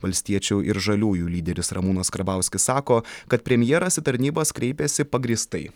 valstiečių ir žaliųjų lyderis ramūnas karbauskis sako kad premjeras į tarnybas kreipėsi pagrįstai